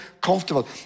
comfortable